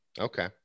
Okay